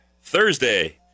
Thursday